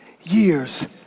years